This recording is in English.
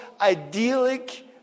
idyllic